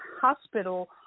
hospital